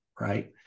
right